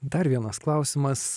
dar vienas klausimas